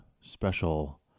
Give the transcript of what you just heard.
special